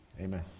amen